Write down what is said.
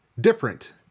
different